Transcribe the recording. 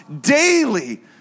Daily